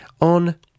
on